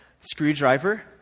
screwdriver